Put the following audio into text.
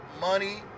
money